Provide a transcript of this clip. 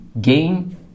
gain